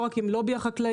לא רק עם לובי החקלאי,